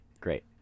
great